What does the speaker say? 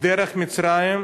דרך מצרים,